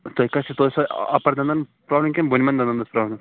تۅہہِ کَتھِیٚن ٲسوٕ اَپَر دَنٛدَن پرابلِم کِنہٕ بۅنمیٚن دَنٛدَن ٲس پرابلِم